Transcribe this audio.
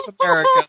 America